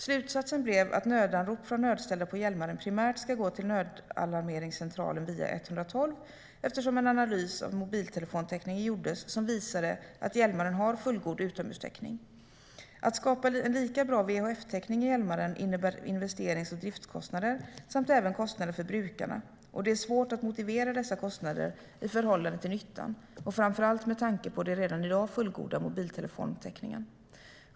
Slutsatsen blev att nödanrop från nödställda på Hjälmaren primärt ska gå till nödalarmeringscentral via 112 eftersom en analys av mobiltelefontäckningen visade att Hjälmaren har fullgod utomhustäckning. Att skapa en lika bra VHF-täckning i Hjälmaren innebär investerings och driftskostnader samt även kostnader för brukarna. Det är svårt att motivera dessa kostnader i förhållande till nyttan, framför allt med tanke på den redan i dag fullgoda mobiltelefontäckningen.